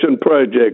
Project